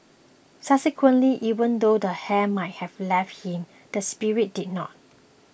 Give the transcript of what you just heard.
subsequently even though the hair might have left him the spirit did not